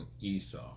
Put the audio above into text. Esau